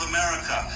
America